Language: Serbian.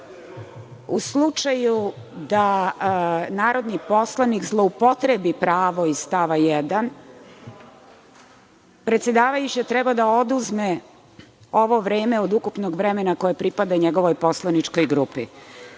u slučaju da narodni poslanik zloupotrebi pravo iz stava 1. predsedavajuća treba da oduzme ovo vreme od ukupnog vremena koje pripada njegovoj poslaničkoj grupi. Kolega